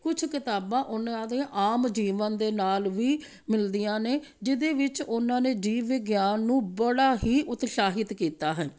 ਕੁਛ ਕਿਤਾਬਾਂ ਉਹਨਾਂ ਦੀਆਂ ਆਮ ਜੀਵਨ ਦੇ ਨਾਲ ਵੀ ਮਿਲਦੀਆਂ ਨੇ ਜਿਹਦੇ ਵਿੱਚ ਉਹਨਾਂ ਨੇ ਜੀਵ ਵਿਗਿਆਨ ਨੂੰ ਬੜਾ ਹੀ ਉਤਸ਼ਾਹਿਤ ਕੀਤਾ ਹੈ